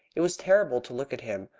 it was terrible to look at him,